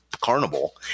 Carnival